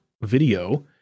video